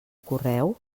correu